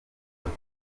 kuri